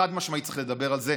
חד-משמעית צריך לדבר על זה.